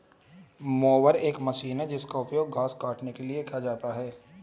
mower एक machine है जिसका उपयोग घास काटने के लिए किया जाता है